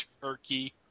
turkey